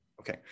Okay